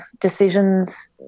decisions